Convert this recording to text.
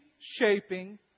shaping